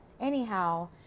anyhow